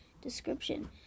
Description